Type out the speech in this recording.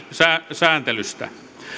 sääntelystä